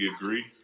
agree